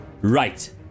Right